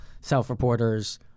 self-reporters